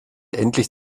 endlich